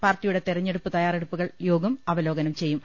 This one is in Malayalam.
പാർട്ടി യുടെ തെരഞ്ഞെടുപ്പ് തയ്യാറെടുപ്പുകൾ യോഗം അവലോകനം ചെയ്യും